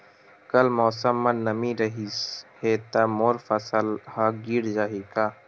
कल मौसम म नमी रहिस हे त मोर फसल ह गिर जाही का?